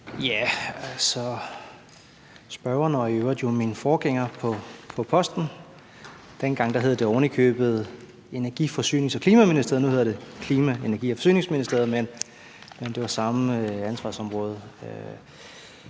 Jørgensen): Spørgeren og i øvrigt også min forgænger på posten – dengang hed det ovenikøbet Energi-, Forsynings- og Klimaministeriet; nu hedder det Klima-, Energi- og Forsyningsministeriet, men det var det samme ansvarsområde